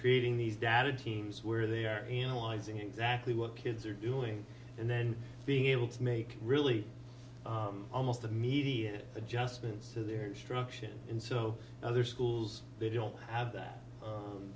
creating these data teams where they are analyzing exactly what kids are doing and then being able to make really almost immediate adjustments to their struction and so other schools they don't have that